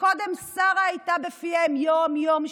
שקודם שרה הייתה בפיהם יום-יום,